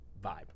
vibe